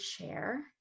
share